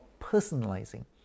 personalizing